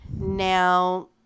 Now